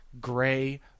gray